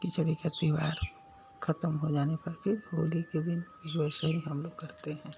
खिचड़ी का त्योहार ख़त्म हो जाने पर फिर होली के दिन फिर वैसे ही हम लोग करते हैं